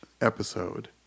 episode